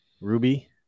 Ruby